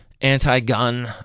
anti-gun